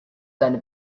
seine